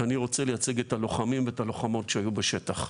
אני רוצה לייצג את הלוחמים ואת הלוחמות שהיו בשטח.